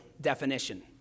definition